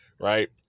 right